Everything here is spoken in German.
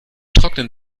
trocknen